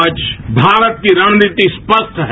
आज भारत की रणनीति स्पष्ट है